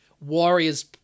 Warriors